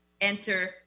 enter